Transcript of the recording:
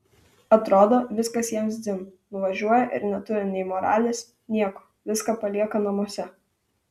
atrodo viskas jiems dzin nuvažiuoja ir neturi nei moralės nieko viską palieka namuose